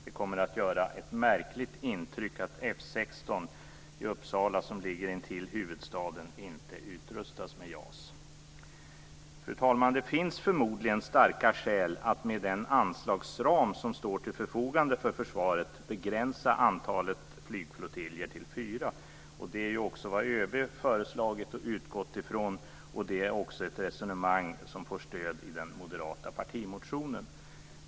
Det kommer att göra ett märkligt intryck att F 16 i Uppsala, som ligger intill huvudstaden, inte utrustas med JAS. Fru talman! Det finns förmodligen starka skäl att med den anslagsram som står till förfogande för försvaret begränsa antalet flygflottiljer till fyra. Det är också vad ÖB har föreslagit och utgått ifrån, och det är också ett resonemang som får stöd i den moderata partimotionen.